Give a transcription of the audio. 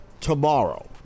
tomorrow